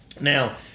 Now